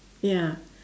ya